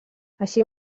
així